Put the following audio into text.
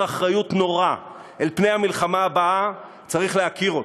אחריות נורא אל פני המלחמה הבאה צריך להכיר אותו: